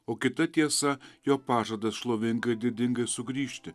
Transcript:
o kita tiesa jo pažadas šlovingai didingai sugrįžti